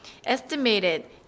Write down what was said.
estimated